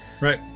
Right